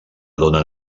donen